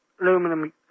Aluminum